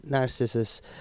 Narcissus